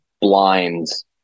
blinds